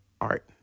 art